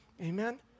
Amen